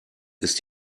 ist